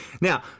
Now